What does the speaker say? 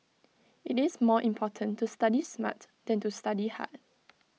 IT is more important to study smart than to study hard